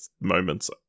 moments